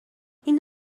این